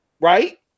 right